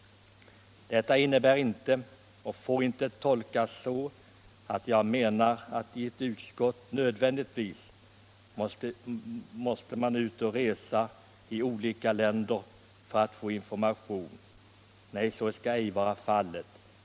Detta innebär emellertid inte — och får inte heller tolkas så — att jag menar att ledamöterna i ett utskott nödvändigtvis måste ut och resa i olika länder för att få information. Nej, så skall ej vara fallet.